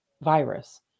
virus